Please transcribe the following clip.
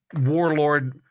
Warlord